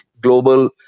global